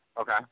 Okay